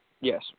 Yes